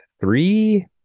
three